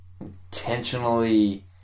intentionally